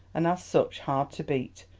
and as such, hard to beat.